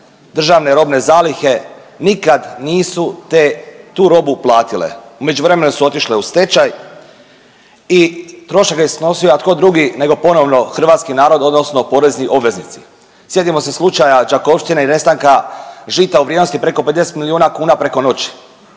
državne robne zalihe nikad nisu te, tu robu platile. U međuvremenu su otišle u stečaj i trošak je snosio, a tko drugi nego ponovno hrvatski narod, odnosno porezni obveznici. Sjetimo se slučaja Đakovštine i nestanka žita u vrijednosti preko 50 milijuna kuna preko noći.